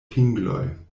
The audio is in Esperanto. pingloj